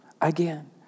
again